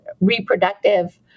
reproductive